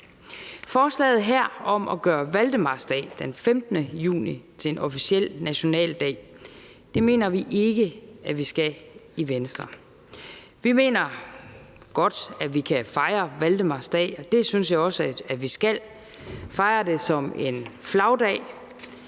Forslaget her handler om at gøre valdemarsdag den 15. juni til en officiel nationaldag, og det mener vi i Venstre ikke man skal. Vi mener godt, at vi kan fejre valdemarsdag – det synes jeg også at vi skal gøre – og fejre den som en flagdag,